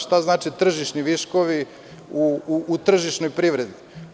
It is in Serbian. Šta znači – tržišni viškovi u tržišnoj privredi?